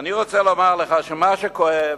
ואני רוצה לומר לך שמה שכואב,